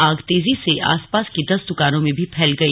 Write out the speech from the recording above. आग तेजी से आसपास की दस दुकानों में भी फैल गई